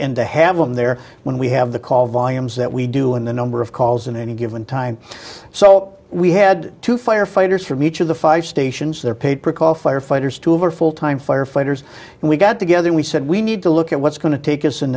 to have them there when we have the call volumes that we do and the number of calls in any given time so we had two firefighters from each of the five stations they're paid per call firefighters two of our full time firefighters and we got together we said we need to look at what's going to take us in